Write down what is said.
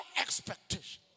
expectations